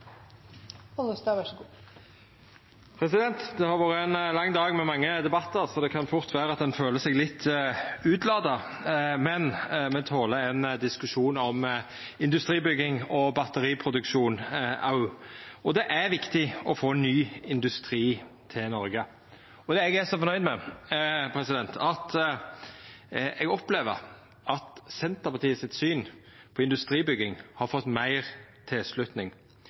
Det har vore ein lang dag med mange debattar, så det kan fort vera at ein føler seg litt utlada. Men me toler ein diskusjon om industribygging og batteriproduksjon òg. Det er viktig å få ny industri til Noreg. Eg er så fornøgd med at eg opplever at Senterpartiets syn på industribygging har fått meir tilslutning.